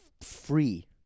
free